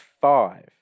five